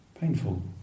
painful